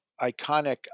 iconic